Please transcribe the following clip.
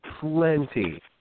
plenty